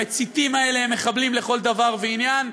המציתים האלה הם מחבלים לכל דבר ועניין,